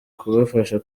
kubafasha